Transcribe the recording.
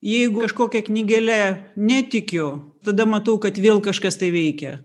jeigu kažkokia knygele netikiu tada matau kad vėl kažkas tai veikia